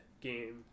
game